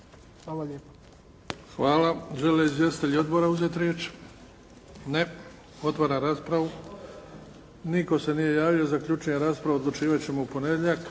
Hvala lijepo.